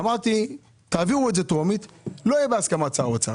אמרתי תעבירו את זה טרומי לא יהיה בהסכמת שר אוצר.